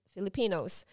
Filipinos